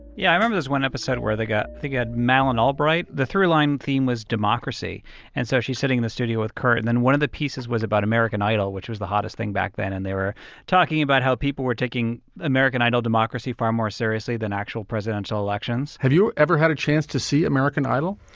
yeah, i remember there's one episode where they got they madeleine albright. the throughline theme was democracy and so she's sitting in the studio with current. then one of the pieces was about american idol, which was the hottest thing back then. and they were talking about how people were taking american idol democracy far more seriously than actual presidential elections. have you ever had a chance to see american idol?